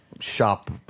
shop